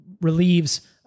Relieves